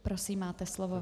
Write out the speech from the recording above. Prosím, máte slovo.